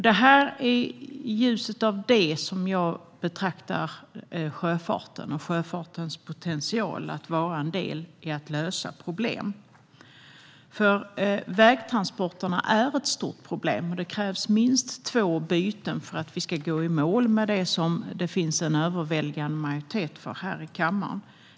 Det är i ljuset av detta jag betraktar sjöfarten och sjöfartens potential att vara en del i att lösa problem. Vägtransporterna är nämligen ett stort problem. Det krävs minst två byten för att vi ska gå i mål med det som det finns en överväldigande majoritet för här i kammaren.